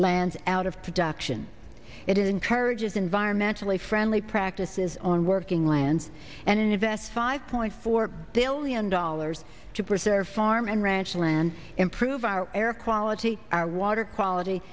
land out of production it encourages environmentally friendly practices on working lands and invest five point four billion dollars to preserve farm and ranch land improve our air quality our water quality